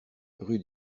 rue